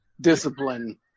discipline